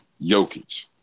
Jokic